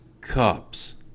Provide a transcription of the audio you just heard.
cups